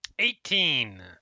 Eighteen